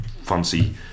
fancy